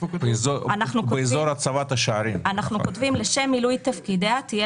אנחנו כותבים: "לשם מילוי תפקידיה תהיה